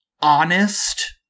honest